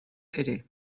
ere